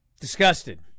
Disgusted